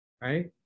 right